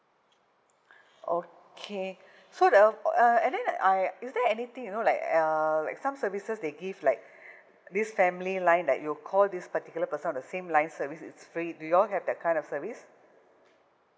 okay so the uh and then I is there anything you know like uh like some services they give like this family line that you call this particular person on the same line service it's free do you all have that kind of service